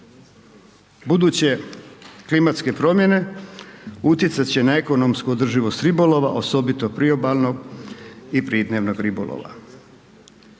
Buduće klimatske promjene utjecat će na ekonomsku održivost ribolova, osobito priobalnog i .../Govornik